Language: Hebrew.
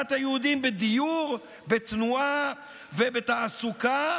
הגבלת היהודים בדיור, בתנועה ובתעסוקה,